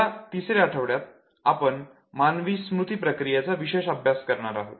या तिसऱ्या आठवड्यात आपण मानवी स्मृती प्रक्रियेचा विशेष अभ्यास करणार आहोत